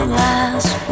last